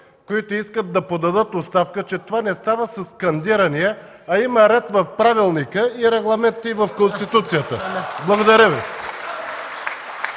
които искат да подадат оставка, че това не става със скандирания, а има ред в правилника и регламент и в Конституцията. (Ръкопляскания